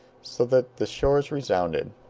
so that the shores resounded,